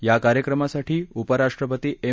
या कार्यक्रमासाठी उपराष्ट्रपती एम